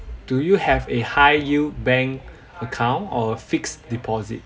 do you have a high yield bank account or a fixed deposit